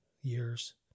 years